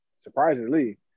Surprisingly